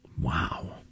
Wow